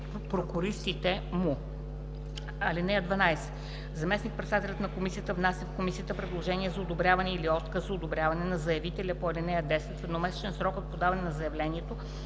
прокуристите му. (12) Заместник-председателят на комисията внася в комисията предложение за одобряване или за отказ за одобряване на заявителя по ал. 10 в едномесечен срок от подаването на заявлението,